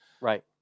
right